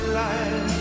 life